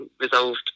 resolved